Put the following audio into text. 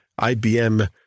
IBM